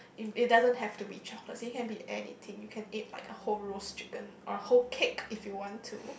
it it doesn't have to be chocolate it can be anything you can eat like a whole roast chicken or whole cake if you want to